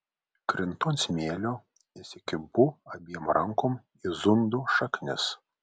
krintu ant smėlio įsikimbu abiem rankom į zundų šaknis